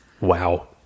Wow